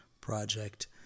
project